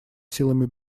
силами